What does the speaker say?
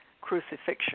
crucifixion